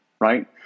right